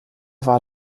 war